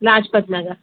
Lajpat Nagar